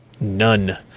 None